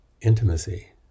intimacy